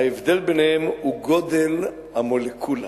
ההבדל ביניהן הוא גודל המולקולה.